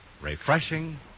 refreshing